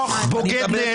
בוגד.